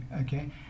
Okay